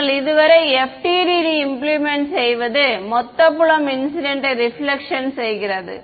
நாங்கள் இதுவரை இல்லை FDTD இம்ப்ளிமென்ட் செய்வது மொத்த புலம் இன்சிடென்ட் யை ரிபிலக்ஷன் செய்கிறது